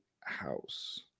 House